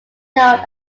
known